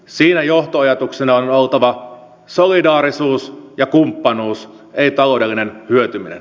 siinä johtoajatuksena on oltava solidaarisuus ja kumppanuus ei taloudellinen hyötyminen